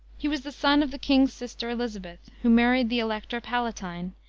he was the son of the king's sister elizabeth, who married the elector palatine,